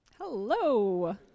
Hello